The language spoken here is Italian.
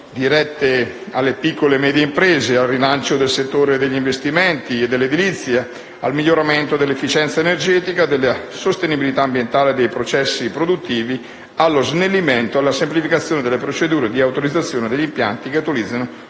dirette alle piccole e medie imprese, al rilancio del settore degli investimenti e dell'edilizia, al miglioramento dell'efficienza energetica, della sostenibilità ambientale e dei processi produttivi, allo snellimento e alla semplificazione delle procedure di autorizzazione degli impianti che utilizzano